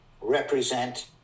represent